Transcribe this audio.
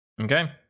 okay